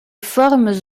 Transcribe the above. formes